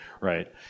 right